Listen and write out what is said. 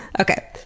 okay